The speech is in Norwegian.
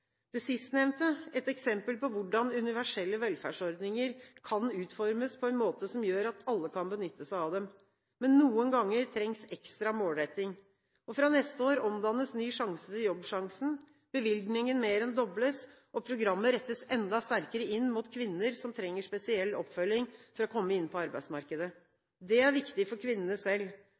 Det sistnevnte er et eksempel på hvordan universelle velferdsordninger kan utformes på en måte som gjør at alle kan benytte seg av dem. Men noen ganger trengs ekstra målretting, og fra neste år omdannes «Ny sjanse» til «Jobbsjansen», bevilgningen mer enn dobles, og programmet rettes enda sterkere inn mot kvinner som trenger spesiell oppfølging for å komme inn på arbeidsmarkedet. Det er viktig for kvinnene selv,